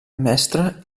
mestre